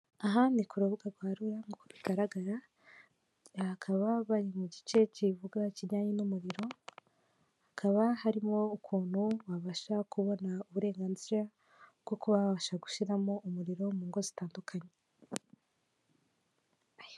Aha ni ku rubuga rwa rura nk'uko bigaragara bakaba bari mu gice kivuga kijyanye n'umuriro hakaba harimo ukuntu wabasha kubona uburenganzira bwo kuba wabasha gushyiramo umuriro mu ngo zitandukanye.